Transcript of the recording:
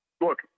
look